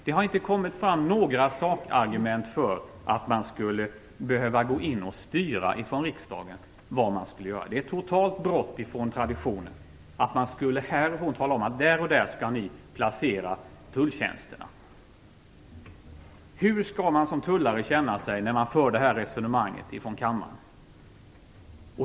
Det har inte kommit fram några sakargument för att riksdagen skulle behöva gå in och styra detta. Det är ett brott mot traditionen att vi härifrån skulle tala om var man skall placera tulltjänsterna. Hur skall man som tullare känna sig när man hör det här resonemanget ifrån kammaren?